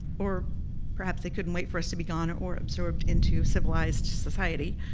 or perhaps they couldn't wait for us to be gone or absorbed into civilized society.